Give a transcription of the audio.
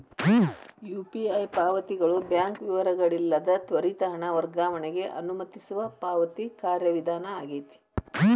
UPI ಪಾವತಿಗಳು bank ವಿವರಗಳಿಲ್ಲದ ತ್ವರಿತ ಹಣ ವರ್ಗಾವಣೆಗ ಅನುಮತಿಸುವ ಪಾವತಿ ಕಾರ್ಯವಿಧಾನ ಆಗೆತಿ